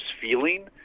feeling